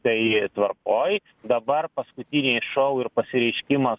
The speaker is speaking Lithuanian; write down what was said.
tai tvarkoj dabar paskutiniai šou ir pasireiškimas